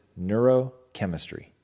neurochemistry